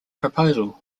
proposal